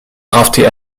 drafté